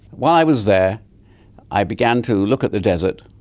while i was there i began to look at the desert.